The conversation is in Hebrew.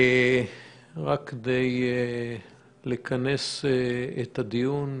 רק כדי לכנס את הדיון,